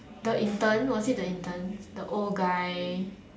the intern was it the intern the old guy